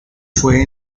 fue